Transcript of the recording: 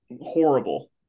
horrible